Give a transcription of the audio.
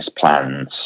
plans